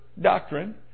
doctrine